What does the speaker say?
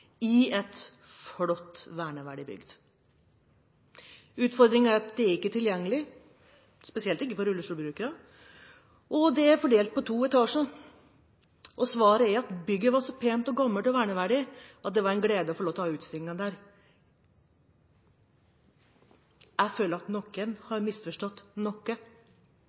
i et flott, verneverdig bygg. Utfordringen er at bygget ikke er tilgjengelig, spesielt ikke for rullestolbrukere, og det er fordelt på to etasjer. Og svaret er at bygget var så pent og gammelt og verneverdig at det var en glede å få lov til å ha utstillingen der. Jeg føler at noen har misforstått noe.